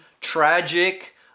tragic